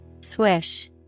Swish